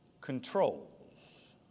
controls